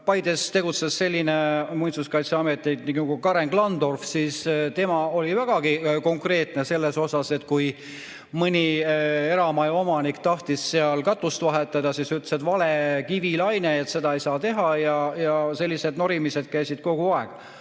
Paides tegutses selline muinsuskaitseametnik nagu Karen Klandorf, siis tema oli vägagi konkreetne. Kui mõni eramajaomanik tahtis katust vahetada, siis ta ütles, et vale kivilaine, seda ei saa teha. Sellised norimised käisid kogu aeg.